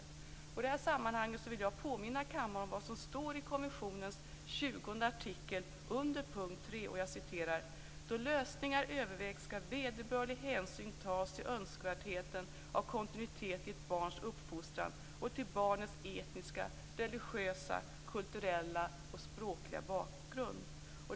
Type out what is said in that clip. Jag vill i detta sammanhang påminna kammaren om vad som står i konventionens 20:e artikel under punkt 3: "Då lösningar övervägs skall vederbörlig hänsyn tas till önskvärdheten av kontinuitet i ett barns uppfostran och till barnets etniska, religiösa, kulturella och språkliga bakgrund."